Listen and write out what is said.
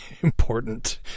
important